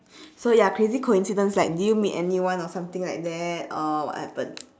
so ya crazy coincidence like did you meet anyone or something like that or what happened